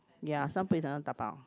ya some food you cannot dabao